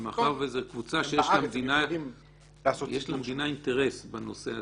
הם יכולים לעשות --- ומאחר שזו קבוצה שיש למדינה אינטרס בנושא הזה.